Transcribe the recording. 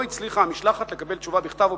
לא הצליחה המשלחת לקבל תשובה בכתב או